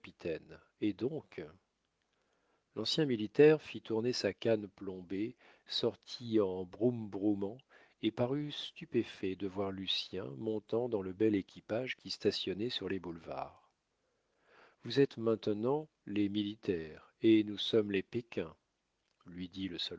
et donc l'ancien militaire fit tourner sa canne plombée sortit en broum broumant et parut stupéfait de voir lucien montant dans le bel équipage qui stationnait sur les boulevards vous êtes maintenant les militaires et nous sommes les pékins lui dit